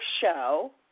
show